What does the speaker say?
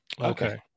Okay